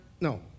No